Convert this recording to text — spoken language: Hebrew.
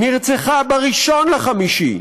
נרצחה ב-1 במאי,